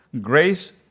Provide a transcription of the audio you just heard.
Grace